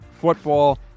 football